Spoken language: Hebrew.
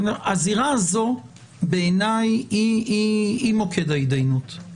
הזירה הזו בעיניי היא מוקד ההתדיינות.